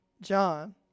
John